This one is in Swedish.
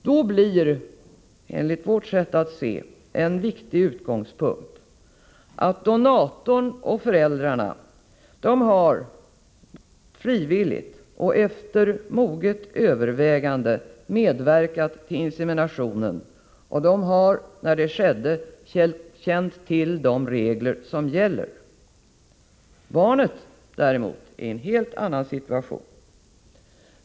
Då blir, enligt vårt sätt att se, en viktig utgångspunkt att donatorn och föräldrarna frivilligt och efter moget övervägande har medverkat till inseminationen och att de när det skedde har känt till de regler som gäller. Barnet däremot är i en helt annan situation.